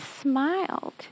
smiled